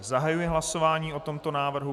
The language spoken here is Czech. Zahajuji hlasování o tomto návrhu.